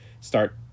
start